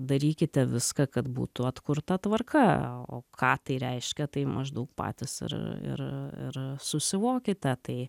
darykite viską kad būtų atkurta tvarka o ką tai reiškia tai maždaug patys ir ir ir susivokite tai